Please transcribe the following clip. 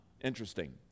interesting